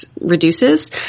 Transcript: reduces